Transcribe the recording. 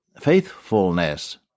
faithfulness